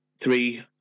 three